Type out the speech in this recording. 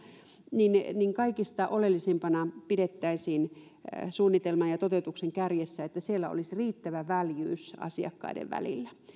eri alueilla niin kaikista oleellisimpana pidettäisiin suunnitelman ja toteutuksen kärjessä että siellä olisi riittävä väljyys asiakkaiden välillä